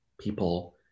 people